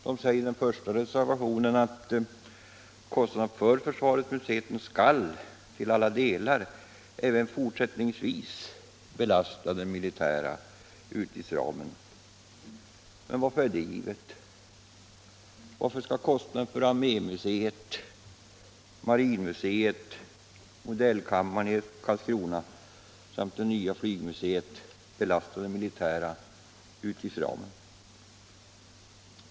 Det sägs i den första reservationen att kostnaderna för försvarets museer skall till alla delar även fortsättningsvis belasta den militära utgiftsramen. Men varför är det givet? Varför skall kostnaderna för armémuseum, marinmuseet, modellkammaren i Karlskrona samt det nya flygvapenmuseet belasta den militära utgiftsramen?